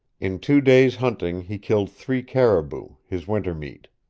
in two days' hunting he killed three caribou, his winter meat.